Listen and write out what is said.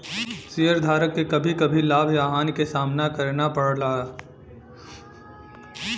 शेयरधारक के कभी कभी लाभ या हानि क सामना करना पड़ला